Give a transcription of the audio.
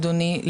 אדוני,